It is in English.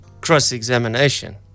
cross-examination